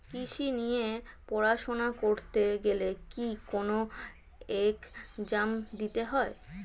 কৃষি নিয়ে পড়াশোনা করতে গেলে কি কোন এগজাম দিতে হয়?